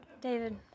David